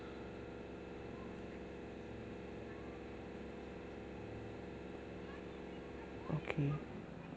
okay